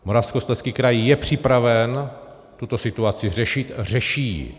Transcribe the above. Moravskoslezský kraj je připraven tuto situaci řešit a řeší ji.